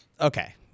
okay